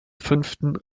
fünften